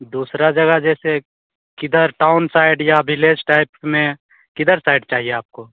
दूसरी जगह जैसे किधर टाउन साइट या भिलेज टाइप में किधर साइड चाहिए आपको